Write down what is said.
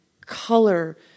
color